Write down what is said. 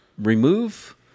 Remove